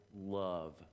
love